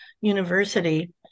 university